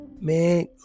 man